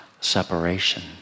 separation